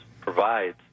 provides